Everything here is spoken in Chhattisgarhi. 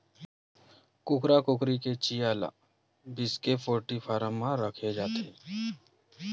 कुकरा कुकरी के चिंया ल बिसाके पोल्टी फारम म राखे जाथे